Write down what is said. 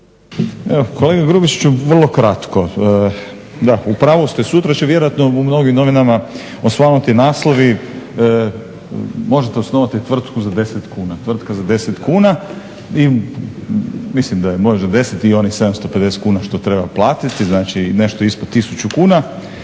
Kolega Grubišiću, vrlo kratko. Da, u pravu ste, sutra će vjerojatno u mnogim novinama osvanuti naslovi možete osnovati tvrtku za 10 kuna, tvrtka za 10 kuna. Mislim da je možda 10 i onih 750 kuna što treba platiti znači nešto ispod 1000 kuna